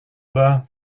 bas